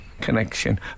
connection